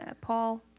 Paul